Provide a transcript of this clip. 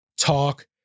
Talk